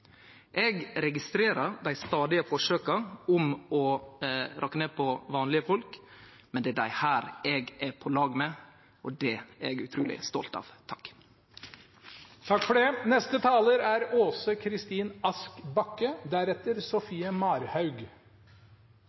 Eg registrerer dei stadige forsøka på å rakke ned på vanlege folk, men det er dei eg er på lag med, og det er eg utruleg stolt av. Velferdsstaten vår er i verdsklasse. Det har vi alle verkeleg fått merke under koronapandemien når det